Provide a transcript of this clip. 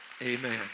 Amen